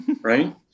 right